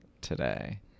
today